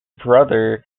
brother